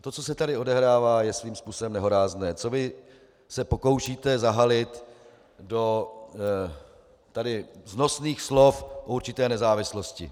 To, co se tady odehrává, je svým způsobem nehorázné, co vy se pokoušíte zahalit do vznosných slov o určité nezávislosti.